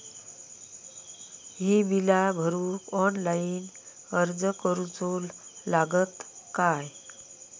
ही बीला भरूक ऑनलाइन अर्ज करूचो लागत काय?